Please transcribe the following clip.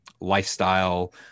lifestyle